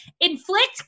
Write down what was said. inflict